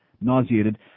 nauseated